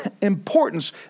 importance